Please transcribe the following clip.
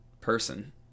person